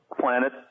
planet